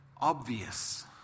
obvious